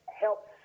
help